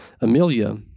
Amelia